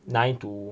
nine to